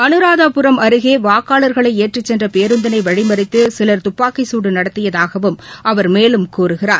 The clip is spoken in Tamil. அனுராதாபுரம் அருகே வாக்காளர்களை ஏற்றிச் சென்ற பேருந்தினை வழிமறித்து சிலர் துப்பாக்கி குடு நடத்தியதாகவும் அவர் மேலும் கூறுகிறார்